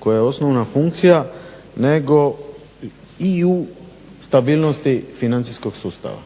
koja je osnovna funkcija, nego i u stabilnosti financijskog sustava.